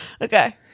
Okay